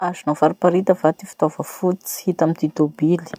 Azonao fariparita va ty fitaova fototsy hita amy ty tobily?